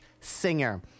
singer